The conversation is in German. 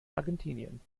argentinien